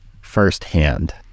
firsthand